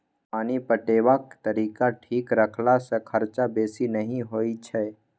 पानि पटेबाक तरीका ठीक रखला सँ खरचा बेसी नहि होई छै